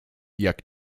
jak